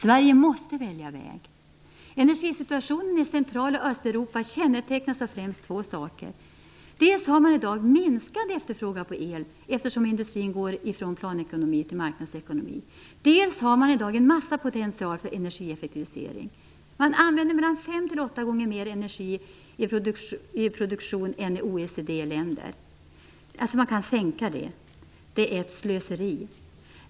Sverige måste välja väg. Energisituationen i Central och Östeuropa kännetecknas av främst två saker. Dels har man i dag minskad efterfrågan på el, eftersom industrin går från planekonomi till marknadsekonomi, dels har man i dag en massiv potential för energieffektivisering. Man använder mellan fem och åtta gånger mer energi i produktionen än OECD-länder. Man kan alltså sänka den nivån. Det är ett slöseri.